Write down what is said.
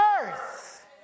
earth